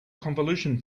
convolution